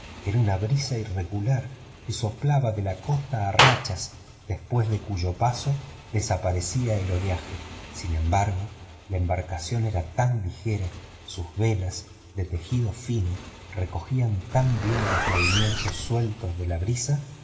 era una brisa irregular que soplaba de la costa a rachas después de cuyo paso desaparecía el oleaje sin embargo la embarcación era tan ligera sus velas de tejido fino recogían tan bien los movimientos sueltos de la brisa